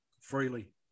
freely